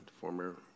former